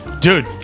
dude